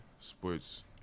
sports